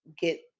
get